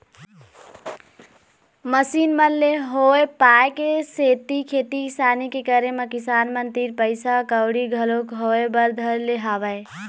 machine मन ले होय पाय के सेती खेती किसानी के करे म किसान मन तीर पइसा कउड़ी घलोक होय बर धर ले हवय